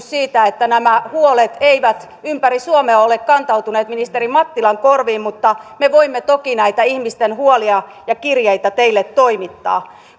siitä että nämä huolet ympäri suomea eivät ole kantautuneet ministeri mattilan korviin mutta me voimme toki näitä ihmisten huolia ja kirjeitä teille toimittaa